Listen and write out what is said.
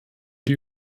die